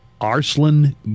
Arslan